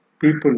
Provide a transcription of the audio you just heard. people